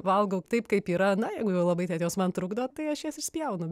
valgau taip kaip yra na jeigu jau labai ten jos man trukdo tai aš jas išspjaunu